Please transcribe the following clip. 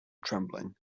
trembling